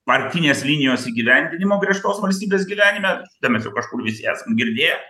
partinės linijos įgyvendinimo griežtos valstybės gyvenime tai mes jau kažkur visi esam girdėję